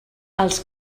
els